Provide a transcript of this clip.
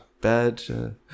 bad